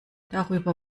darüber